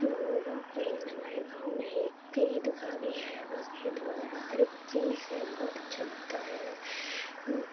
گاؤں میں ہمارے گاؤں میں ایک عیدگاہ بھی ہے مسجد وغیرہ ہر ایک چیز ہے بہت اچھا لگتا ہے